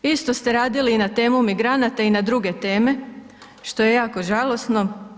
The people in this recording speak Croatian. Isto ste radili i na temu migranata i na druge teme, što je jako žalosno.